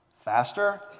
faster